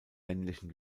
männlichen